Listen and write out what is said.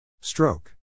Stroke